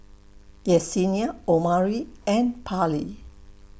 Yessenia Omari and Parley